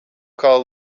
call